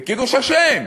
זה קידוש השם.